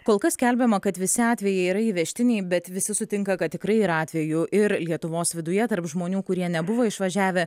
kol kas skelbiama kad visi atvejai yra įvežtiniai bet visi sutinka kad tikrai yra atvejų ir lietuvos viduje tarp žmonių kurie nebuvo išvažiavę